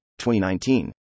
2019